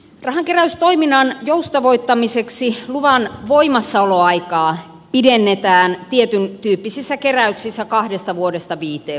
rahankeräystoiminnan joustavoittamiseksi luvan voimassaoloaikaa pidennetään tietyntyyppisissä keräyksissä kahdesta vuodesta viiteen vuoteen